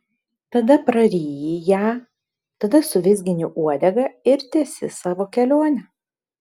tada praryji ją tada suvizgini uodega ir tęsi savo kelionę